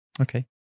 Okay